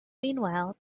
meanwhile